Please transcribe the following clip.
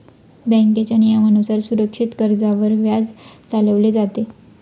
बँकेच्या नियमानुसार सुरक्षित कर्जावर व्याज चालवले जाते